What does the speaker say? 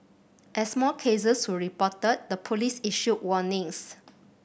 as more cases were reported the police issued warnings